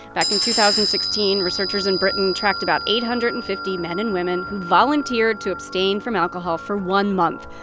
back in two thousand and sixteen, researchers in britain tracked about eight hundred and fifty men and women who volunteered to abstain from alcohol for one month.